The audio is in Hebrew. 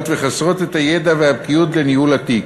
וחסרות את הידע והבקיאות בניהול התיק,